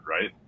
right